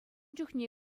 чухне